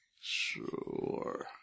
Sure